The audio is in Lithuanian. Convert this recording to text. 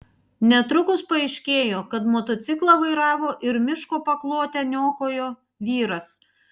netrukus paaiškėjo kad motociklą vairavo ir miško paklotę niokojo vyras